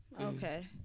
Okay